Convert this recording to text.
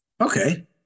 Okay